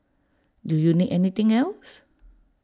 do you need anything else